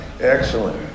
Excellent